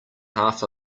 half